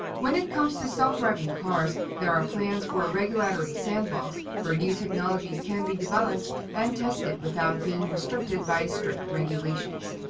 when it come to self-driving cars, there are plans for a regulatory sandbox where new technologies can be developed and tested without being restricted by strict regulations.